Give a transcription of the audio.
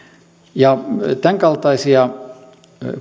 tämänkaltaisia